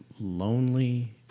Lonely